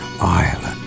island